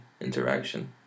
interaction